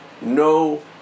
no